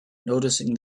noticing